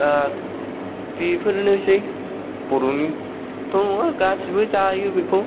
दा बेफोरनोसै बर'नि थ' नङा गासिबो जायो बेखौ